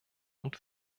und